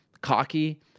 cocky